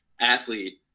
athlete